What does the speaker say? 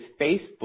Facebook